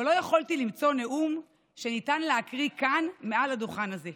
אבל לא יכולתי למצוא נאום שניתן להקריא כאן מעל הדוכן הזה,